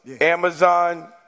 Amazon